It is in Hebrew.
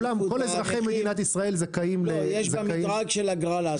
יש מדרג בהגרלה.